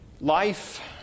life